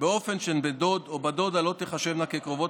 באופן שבת דוד או בת דודה לא תיחשבנה לקרובות